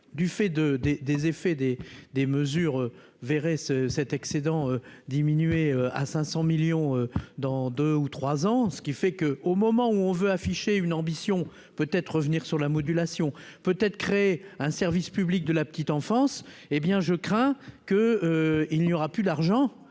de des des effets des des mesures ce cet excédent diminué à 500 millions dans 2 ou 3 ans, ce qui fait que, au moment où on veut afficher une ambition peut être revenir sur la modulation peut être créer un service public de la petite enfance, hé bien, je crains que il n'y aura plus d'argent